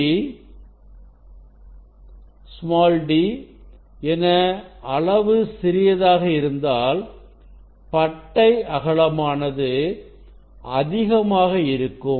D small d n அளவு சிறியதாக இருந்தால் பட்டை அகலமானது அதிகமாக இருக்கும்